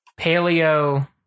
paleo